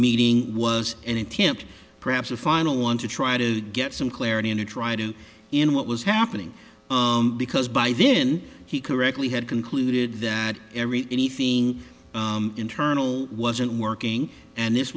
meeting was an attempt perhaps a final want to try to get some clarity in to try to in what was happening because by then he correctly had concluded that every anything internal wasn't working and this